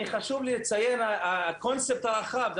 חשוב לי לציין את הקונספט הרחב.